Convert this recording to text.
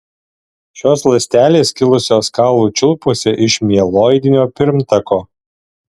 šios ląstelės kilusios kaulų čiulpuose iš mieloidinio pirmtako